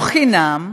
לא חינם.